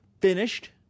Finished